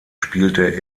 spielte